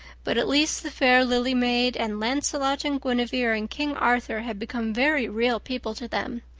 but at least the fair lily maid and lancelot and guinevere and king arthur had become very real people to them,